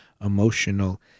emotional